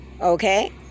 Okay